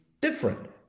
different